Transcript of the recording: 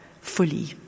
fully